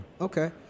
okay